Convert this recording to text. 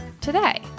today